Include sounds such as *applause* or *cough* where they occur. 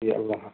*unintelligible*